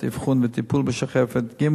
אבחון וטיפול בשחפת, ג.